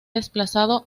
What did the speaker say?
desplazado